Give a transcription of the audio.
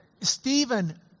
Stephen